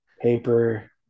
paper